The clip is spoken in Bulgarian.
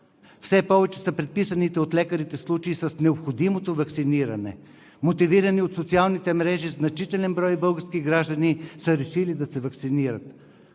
Все повече са предписаните от лекарите случаи с необходимото ваксиниране. Мотивирани от социалните мрежи значителен брой български граждани са решили да се ваксинират,